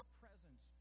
presence